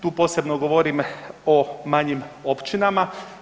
Tu posebno govorim o manjim općinama.